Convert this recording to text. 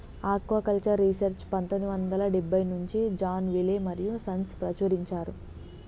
aquaculture research పందొమ్మిది వందల డెబ్బై నుంచి జాన్ విలే మరియూ సన్స్ ప్రచురించారు